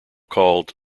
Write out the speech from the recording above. called